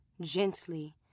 gently